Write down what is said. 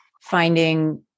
finding